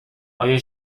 آیا